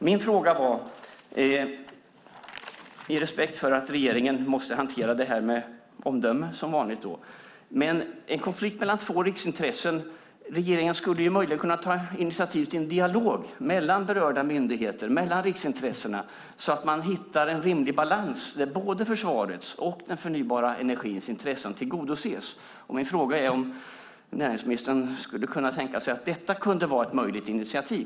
Med respekt för att regeringen som vanligt måste hantera en konflikt mellan två riksintressen med omdöme, men skulle regeringen möjligen kunna ta initiativ till en dialog mellan berörda myndigheter, mellan riksintressena, så att man hittar en rimlig balans där både försvarets och den förnybara energins intressen tillgodoses? Min fråga är om näringsministern skulle kunna tänka sig att detta kunde vara ett möjligt initiativ.